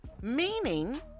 Meaning